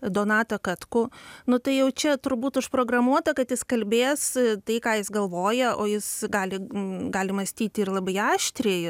donatą katkų nu tai jau čia turbūt užprogramuota kad jis kalbės tai ką jis galvoja o jis gali gali mąstyti ir labai aštriai